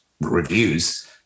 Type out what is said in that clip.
reviews